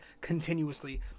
continuously